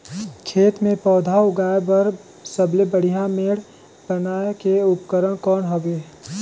खेत मे पौधा उगाया बर सबले बढ़िया मेड़ बनाय के उपकरण कौन हवे?